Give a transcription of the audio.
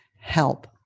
help